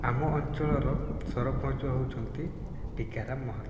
ଆମ ଅଞ୍ଚଳର ସରପଞ୍ଚ ହେଉଛନ୍ତି ଟିକାରା ମହାନ୍ତ